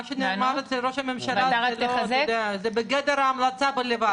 מה שנאמר אצל ראש הממשלה זה בגדר המלצה בלבד.